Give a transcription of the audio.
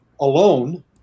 alone